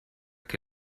che